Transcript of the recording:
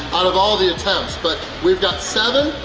out of all the attempts, but we've got seven,